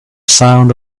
sound